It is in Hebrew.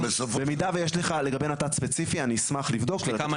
במידה ויש לך לגבי נת"צ ספציפי אני אשמח לבדוק ולתת לך תשובה.